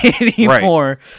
anymore